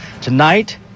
Tonight